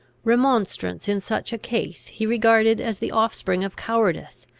remonstrance in such a case he regarded as the offspring of cowardice,